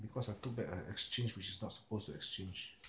because I took back an exchange which is not suppose to exchange